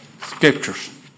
scriptures